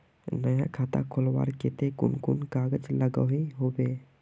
नया खाता खोलवार केते कुन कुन कागज लागोहो होबे?